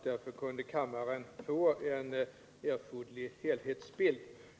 Därför kunde kammaren få en erforderlig helhetsbild.